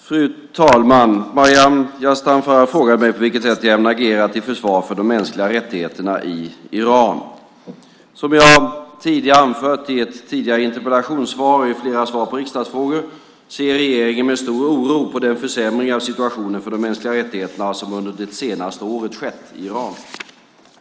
Fru talman! Maryam Yazdanfar har frågat mig på vilket sätt jag ämnar agera till försvar för de mänskliga rättigheterna i Iran. Som jag har anfört i ett tidigare interpellationssvar och i flera svar på riksdagsfrågor ser regeringen med stor oro på den försämring av situationen för de mänskliga rättigheterna som under det senaste året har skett i Iran.